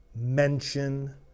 mention